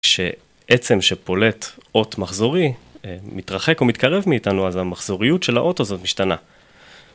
שעצם שפולט אות מחזורי מתרחק או מתקרב מאיתנו אז המחזוריות של האוטו זאת משתנה